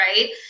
Right